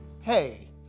Hey